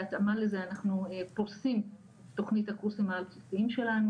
בהתאמה לזה אנחנו פורשים תוכנית הקורסים העל בסיסיים שלנו,